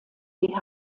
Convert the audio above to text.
die